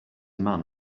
man